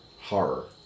horror